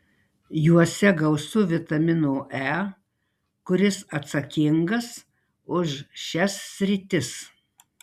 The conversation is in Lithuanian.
juose gausu vitamino e kuris atsakingas už šias sritis